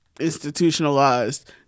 Institutionalized